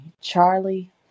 Charlie